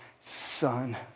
son